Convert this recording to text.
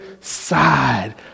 side